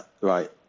right